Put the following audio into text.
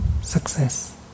success